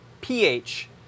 PH